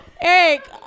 Eric